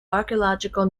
archaeological